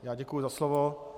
Já děkuji za slovo.